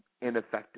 ineffective